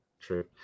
true